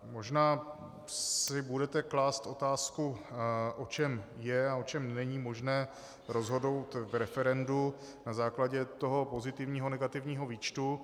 Možná si budete klást otázku, o čem je a o čem není možné rozhodnout v referendu na základě toho pozitivního a negativního výčtu.